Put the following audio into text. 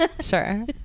Sure